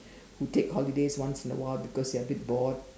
who take holidays once in a while because they are a bit bored